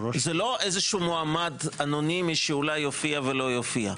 זה לא איזה מועמד אנונימי שאולי יופיע ואולי לא יופיע.